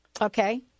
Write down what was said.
Okay